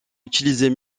utiliser